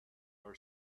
our